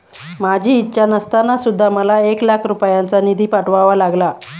माझी इच्छा नसताना सुद्धा मला एक लाख रुपयांचा निधी पाठवावा लागला